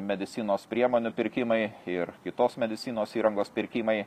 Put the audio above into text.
medicinos priemonių pirkimai ir kitos medicinos įrangos pirkimai